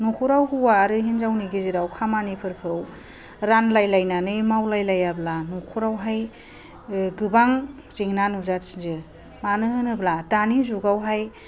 न'खराव हौवा आरो हिनजावनि गेजेराव खामानिफोरखौ रानलाय लायनानै मावलाय लायाब्ला न'खरावहाय गोबां जेंना नुजाथियो मोनो होनोब्ला दानि जुगावहाय